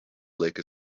lake